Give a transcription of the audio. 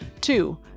Two